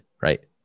right